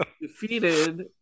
defeated